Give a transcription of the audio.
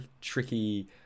tricky